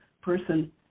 person